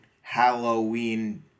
Halloween